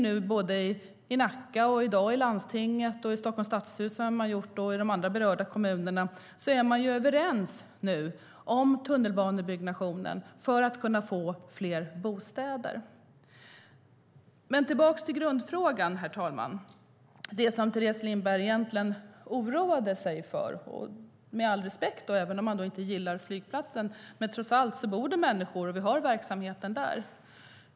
Nacka kommun, landstinget, Stockholms stadshus och de andra berörda kommunerna är överens om tunnelbaneutbyggnaden för att kunna få fler bostäder. Tillbaka till grundfrågan, herr talman, till det som Teres Lindberg egentligen oroade sig för, med all respekt. Även om Teres Lindberg inte gillar flygplatsen bor det trots allt människor i Bromma, och vi har verksamheter där.